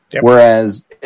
Whereas